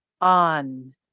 on